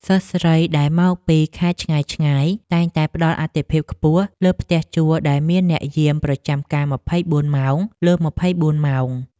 សិស្សស្រីដែលមកពីខេត្តឆ្ងាយតែងតែផ្តល់អាទិភាពខ្ពស់លើផ្ទះជួលដែលមានអ្នកយាមប្រចាំការម្ភៃបួនម៉ោងលើម្ភៃបួនម៉ោង។